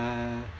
uh